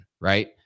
right